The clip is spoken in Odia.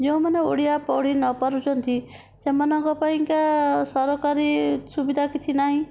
ଯେଉଁମାନେ ଓଡ଼ିଆ ପଢ଼ି ନ ପାରୁଛନ୍ତି ସେମାନଙ୍କ ପାଇଁ ସରକାରୀ ସୁବିଧା କିଛି ନାହିଁ